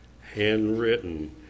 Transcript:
handwritten